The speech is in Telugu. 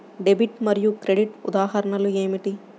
డెబిట్ మరియు క్రెడిట్ ఉదాహరణలు ఏమిటీ?